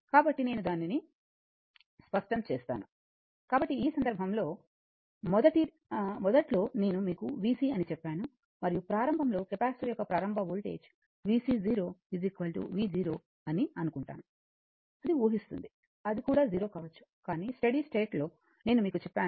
కాబట్టి నేను దానిని స్పష్టం చేస్తాను కాబట్టి ఈ సందర్భంలో మొదట్లో నేను మీకు vc ని చెప్పాను మరియు ప్రారంభంలో కెపాసిటర్ యొక్క ప్రారంభ వోల్టేజ్ vc 0 v0 అని అనుకుంటాను అది ఊహిస్తుంది అది కూడా 0 కావచ్చు కానీ స్టడీ స్టేట్లో నేను మీకు చెప్పాను vc అనంతం I R